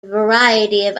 variety